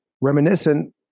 reminiscent